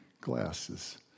glasses